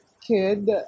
kid